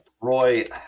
roy